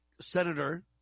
Senator